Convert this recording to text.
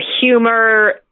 humor